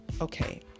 Okay